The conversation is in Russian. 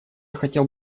хотел